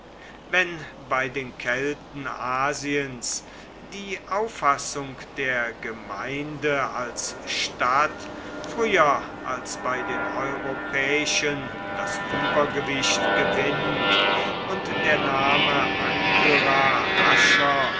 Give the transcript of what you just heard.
wenn bei den kelten asiens die auffassung der gemeinde als stadt früher als bei den europäischen das übergewicht gewinnt und der name